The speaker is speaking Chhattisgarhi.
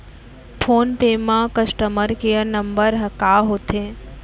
फोन पे म कस्टमर केयर नंबर ह का होथे?